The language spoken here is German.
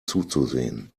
zuzusehen